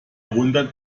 wundert